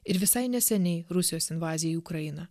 ir visai neseniai rusijos invaziją į ukrainą